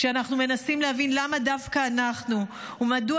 כשאנחנו מנסים להבין למה דווקא אנחנו ומדוע